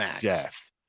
death